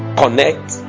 connect